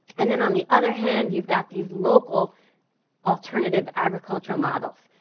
and then on the other hand, you've got these local alternative agricultural models.